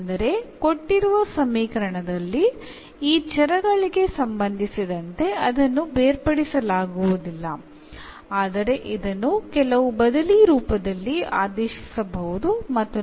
പക്ഷേ ചില സബ്സ്റ്റിറ്റ്യൂഷൻസ് കൊണ്ട് ഇതിനെ വേരിയബിൾ സെപറബിൾ ഹോമിലേക്ക് മാറ്റിയെടുക്കാം